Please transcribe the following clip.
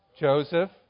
Joseph